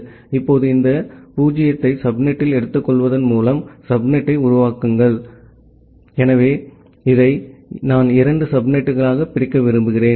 இப்போது இந்த 0 ஐ சப்நெட்டில் எடுத்துக்கொள்வதன் மூலம் சப்நெட்டை உருவாக்குங்கள் பகுதி எனவே இதை நான் இரண்டு சப்நெட்டுகளாக பிரிக்க விரும்புகிறேன்